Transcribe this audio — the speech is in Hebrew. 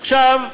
עכשיו,